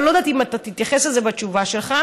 אבל אני לא יודעת אם אתה תתייחס לזה בתשובה שלך,